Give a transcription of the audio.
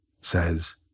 says